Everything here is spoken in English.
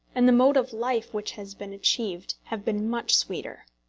and the mode of life which has been achieved, have been much sweeter.